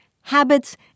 habits